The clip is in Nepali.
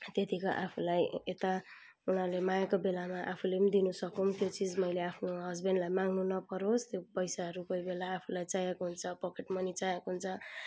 त्यतिकै आफूलाई यता उनीहरूले मागेको बेलामा आफूले पनि दिनसकौँ त्यो चिज मैले आफ्नो हस्बेन्डलाई माग्नु नपरोस् त्यो पैसाहरू कोही बेला आफूलाई चाहिएको हुन्छ पकेट मनी चाहिएको हुन्छ